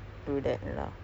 so